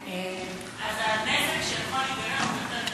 אבל אם מרוקנים, הנזק שיכול להיגרם יותר גדול.